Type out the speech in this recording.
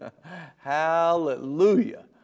hallelujah